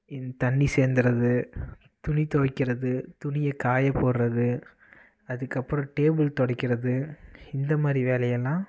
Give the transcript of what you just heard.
இந்த தண்ணி சேந்தறது துணி துவைக்கிறது துணியை காய போடுகிறது அதுக்கு அப்புறம் டேபுள் துடைக்கிறது இந்த மாதிரி வேலையெல்லாம்